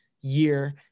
year